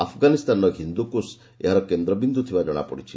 ଆଫଗାନିସ୍ତାନର ହିନ୍ଦୁକୁଶ ଏହାର କେନ୍ଦ୍ରବିନ୍ଦୁ ଥିବା ଜଣାପଡ଼ିଛି